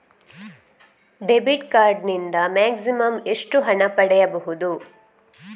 Debit card ನಿಂದ maximum ಎಷ್ಟು ಹಣ ಪಡೆಯಬಹುದು?